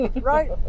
right